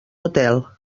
hotel